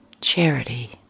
charity